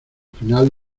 final